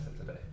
today